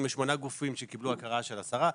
יש שמונה גופים שקיבלו הכרה של השרה,